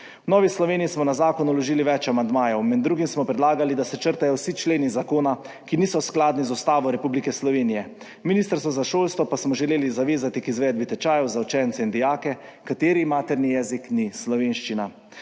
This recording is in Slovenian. Novi Sloveniji smo na zakon vložili več amandmajev. Med drugim smo predlagali, da se črtajo vsi členi zakona, ki niso skladni z Ustavo Republike Slovenije, ministrstvo za šolstvo pa smo želeli zavezati k izvedbi tečajev za učence in dijake, katerih materni jezik ni slovenščina.